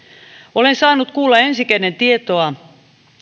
olen saanut kuulla ensi käden tietoa